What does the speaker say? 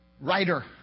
writer